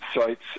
sites